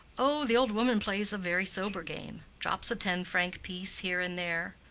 oh, the old woman plays a very sober game drops a ten-franc piece here and there.